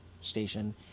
station